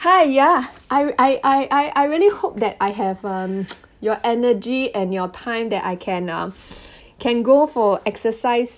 !haiya! I I I I really hope that I have um your energy and your time that I can ah can go for exercise